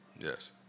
Yes